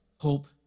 hope